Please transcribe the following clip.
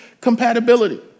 compatibility